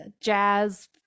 jazz